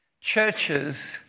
churches